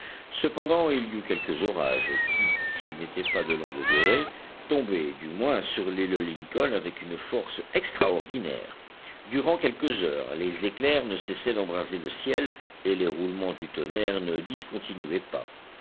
cependant il y eut quelques orages qui s'ils n'étaient pas de longue durée tombaient du moins sur l'île lincoln avec une force extraordinaire durant quelques heures les éclairs ne cessaient d'embraser le ciel et les roulements du tonnerre ne discontinuaient pas